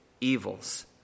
evils